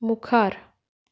मुखार